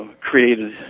created